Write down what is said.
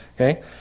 okay